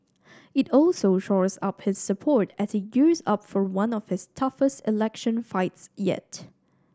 it also shores up his support as he gears up for one of his toughest election fights yet